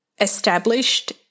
established